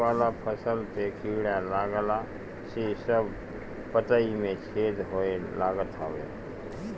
सब्जी वाला फसल पे कीड़ा लागला से सब पतइ में छेद होए लागत हवे